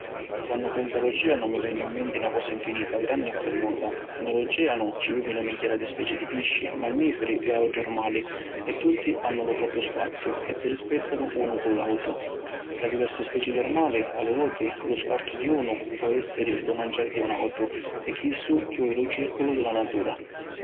Quannu pensu a l’oceanu mi veni in menti na cosa infinita, granni e funnuta. Ni l’oceanu ci vivinu migghiara di speci di pisci, mammiferi e autri armali e tutti hannu lu propiu spaziu e si rispettanu unu cu l’autru. Tra diversi speci di armali, a li voti, lu scartu di unu pò essiri lu manciari di un autru e chissu chiuji lu circulu di la natura.